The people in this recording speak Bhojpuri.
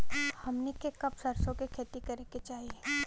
हमनी के कब सरसो क खेती करे के चाही?